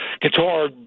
guitar